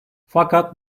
fakat